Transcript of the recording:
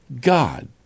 God